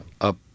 up